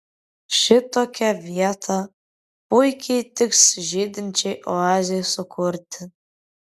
šitokia vieta puikiai tiks žydinčiai oazei sukurti